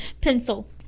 Pencil